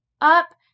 up